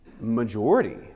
majority